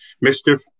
mischief